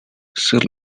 seal